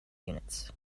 units